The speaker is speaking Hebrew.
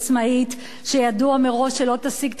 שידוע מראש שלא תשיג את המטרה שלה.